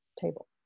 table